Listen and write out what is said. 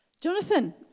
Jonathan